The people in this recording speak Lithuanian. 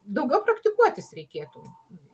daugiau praktikuotis reikėtų